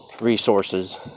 resources